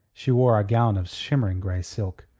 she wore a gown of shimmering grey silk,